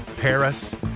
Paris